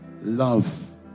love